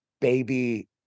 baby